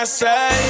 say